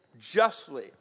justly